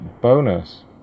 bonus